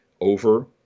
over